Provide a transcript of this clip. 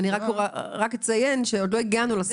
אני רק אציין שעוד לא הגענו לסעיף הזה.